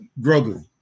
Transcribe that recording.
Grogu